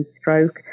stroke